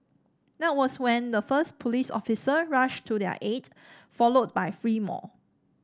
that was when the first police officer rushed to their aid followed by three more